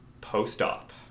post-op